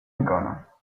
nicola